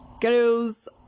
girls